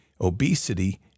obesity